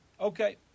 Okay